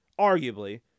arguably